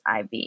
IV